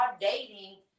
dating